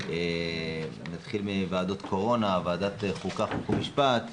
נתחיל מוועדות קורונה, ועדת חוקה חוק ומשפט,